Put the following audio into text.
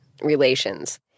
relations